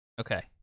Okay